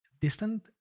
distant